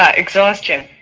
ah exhaustion.